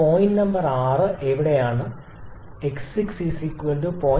നിങ്ങളുടെ point number 6 എവിടെയാണ് x6 0